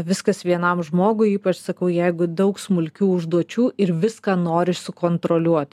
viskas vienam žmogui ypač sakau jeigu daug smulkių užduočių ir viską nori sukontroliuot